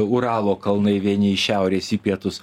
uralo kalnai vieni iš šiaurės į pietus